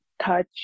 touch